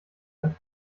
and